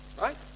right